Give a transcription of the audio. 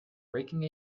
breaking